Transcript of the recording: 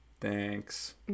Thanks